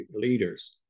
leaders